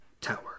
tower